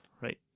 right